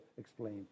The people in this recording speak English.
explain